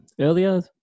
earlier